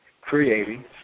creating